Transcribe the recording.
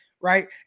right